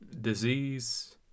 disease